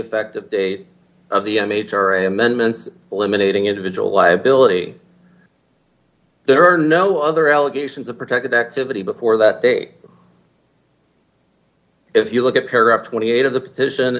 effective date of the major amendments eliminating individual liability there are no other allegations of protected activity before that date if you look at paragraph twenty eight of the petition